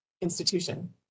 Institution